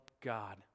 God